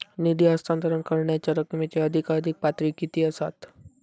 निधी हस्तांतरण करण्यांच्या रकमेची अधिकाधिक पातळी किती असात?